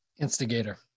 Instigator